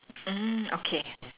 mm okay